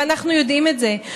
ואנחנו יודעים את זה.